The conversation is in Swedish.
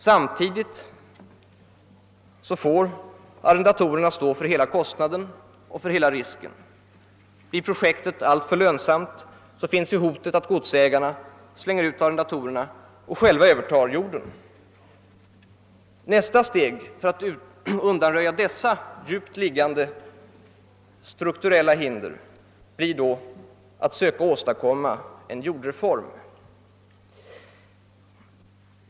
Samtidigt får arrendatorerna svara för hela kostnaden och stå hela risken. Om projektet blir lönsamt finns alltid det hotet att godsägarna slänger ut arrendatorerna och själva övertar jorden. Nästa steg för att undanröja detta djupt liggande strukturella hinder blir då att söka åstadkomma en jordreform.